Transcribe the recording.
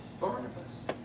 Barnabas